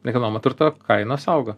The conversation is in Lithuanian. nekilnojamo turto kainos augo